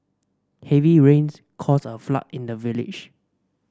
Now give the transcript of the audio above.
heavy rains caused a flood in the village